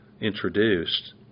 introduced